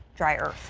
drier.